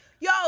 Yo